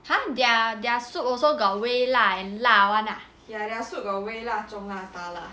and their their soup also got 微辣 and 辣 lah